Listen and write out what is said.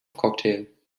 cocktail